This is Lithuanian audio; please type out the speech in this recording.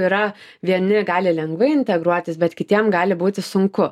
yra vieni gali lengvai integruotis bet kitiem gali būti sunku